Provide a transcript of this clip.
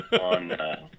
on